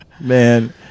man